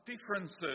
differences